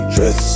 Dress